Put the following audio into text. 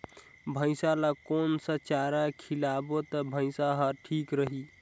भैसा ला कोन सा चारा खिलाबो ता भैंसा हर ठीक रही?